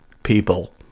people